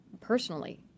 personally